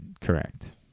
Correct